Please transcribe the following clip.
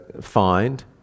find